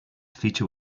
feature